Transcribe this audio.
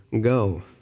go